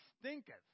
stinketh